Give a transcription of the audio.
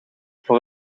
voor